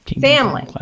Family